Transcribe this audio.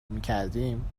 میکردیم